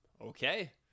Okay